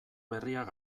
berriak